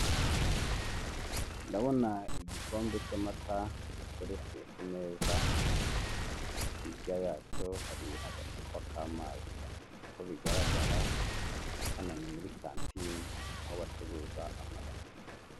Ndabona igikombe cy'amata giteretse ku meza, hirya yacyo hari agacupa k'amazi, uko bigaragara hano ni muri kantine aho bacuruza amata.